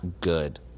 good